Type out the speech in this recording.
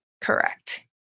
Correct